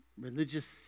religious